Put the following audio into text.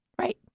Right